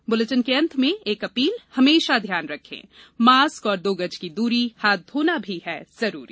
इस बुलेटिन के अंत में एक अपील हमेशा ध्यान रखें मास्क और दो गज की दूरी हाथ धोना भी है जरूरी